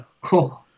Cool